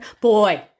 Boy